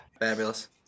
Fabulous